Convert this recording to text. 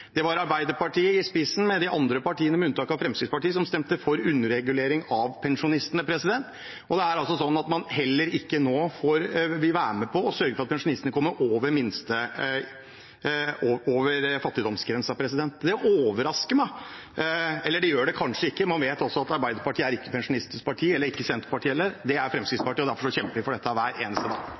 Det var med Arbeiderpartiet i spissen at man sammen med de andre partiene, med unntak av Fremskrittspartiet, stemte for underregulering av pensjonene. Det er altså sånn at man heller ikke nå vil være med og sørge for at pensjonistene kommer over fattigdomsgrensen. Det overrasker meg – eller det gjør det kanskje ikke. Man vet at Arbeiderpartiet ikke er pensjonistenes parti, ikke Senterpartiet heller. Det er Fremskrittspartiet, og derfor kjemper vi for dette hver eneste dag. Det har kommet mye vikarierende argumentasjon i denne salen i dag.